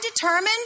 determined